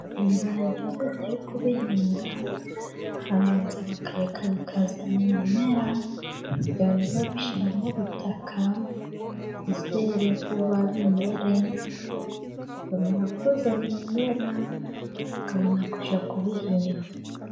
Ibirayi iyo bagiye kubihinga, barabanza bakareka bikazana ibimera, kugira ngo nibabishyira mu butaka bizere vuba, bimere, byamara kuzana imimera, bakabona kujya kubihinga.